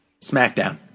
Smackdown